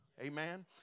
Amen